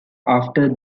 after